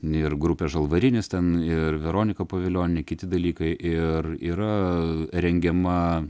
ir grupė žalvarinis ten ir veronika povilionienė kiti dalykai ir yra rengiama